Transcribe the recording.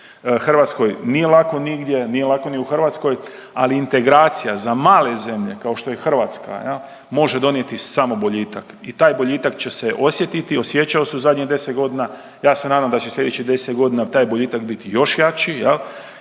Hrvatskoj, nije lako nigdje, nije lako ni u Hrvatskoj. Ali integracija za male zemlje kao što je Hrvatska može donijeti samo boljitak i taj boljitak će se osjetiti, osjećao se u zadnjih 10 godina. Ja se nadam da će sljedećih 10 godina taj boljitak biti još jači,